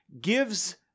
gives